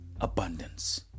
abundance